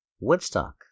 Woodstock